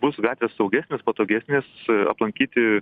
bus gatvės saugesnės patogesnės aplankyti